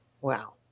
Wow